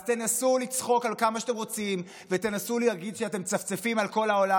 אז תנסו לצחוק כמה שאתם רוצים ותנסו להגיד שאתם מצפצפים על כל העולם,